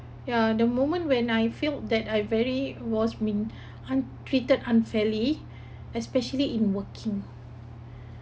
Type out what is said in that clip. yeah the moment when I feel that I very was been un~ treated unfairly especially in working